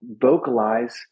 vocalize